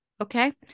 okay